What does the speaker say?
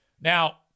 Now